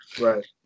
right